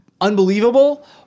unbelievable